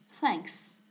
Thanks